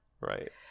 Right